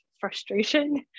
frustration